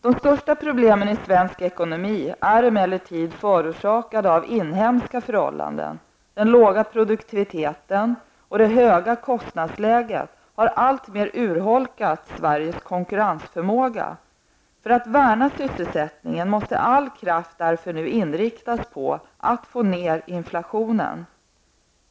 De största problemen i svensk ekonomi är emellertid förorsakade av inhemska förhållanden. Den låga produktiviteten och det höga kostnadsläget har alltmer urholkat Sveriges konkurrensförmåga. För att värna sysselsättningen måste all kraft därför nu inriktas på att få ner inflationen.